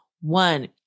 one